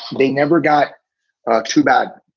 they never got too bad.